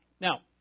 Now